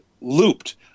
looped